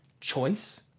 choice